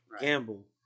gamble